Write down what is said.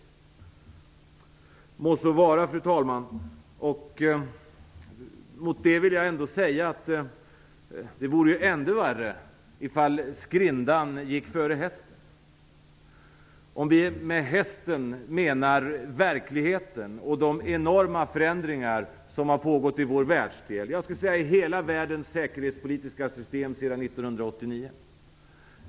Må så vara, fru talman! Jag vill ändå säga att det vore ändå värre om skrindan gick före hästen, om vi med hästen menar verkligheten och de enorma förändringar som har pågått i vår världsdel och i hela världens säkerhetspolitiska system sedan 1989.